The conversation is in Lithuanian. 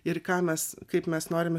ir ką mes kaip mes norim